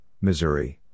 Missouri